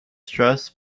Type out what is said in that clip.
stress